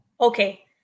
okay